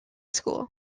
school